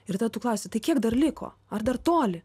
ir tada tu klausi tai kiek dar liko ar dar toli